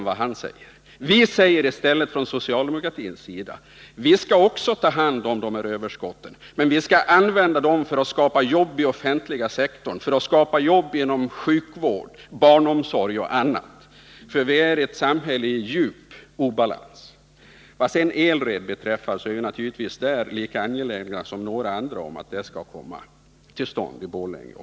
Vi socialdemokrater vill också ta hand om de här överskotten, men vi säger att vi skall använda dem för att skapa jobb inom den offentliga sektorn, dvs. inom sjukvården, barnomsorgen osv. , för vi har i dag ett samhälle som befinner sig i djup obalans. Vad sedan elredprocessen beträffar är vi naturligtvis lika angelägna som alla andra om att detta skall komma till stånd också i Borlänge.